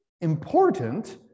important